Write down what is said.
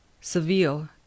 Seville